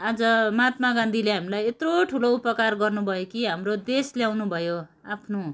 आज महात्मा गान्धीले हामीलाई यत्रो ठुलो उपकार गर्नुभयो कि हाम्रो देश ल्याउनु भयो आफ्नो